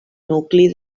nucli